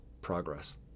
progress